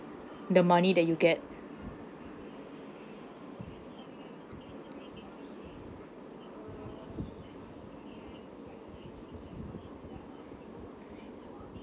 the money that you get